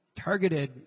targeted